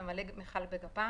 הממלא מכל גפ"מ,